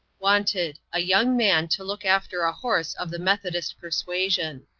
wanted, a young man to look after a horse of the methodist persuasion.